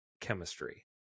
chemistry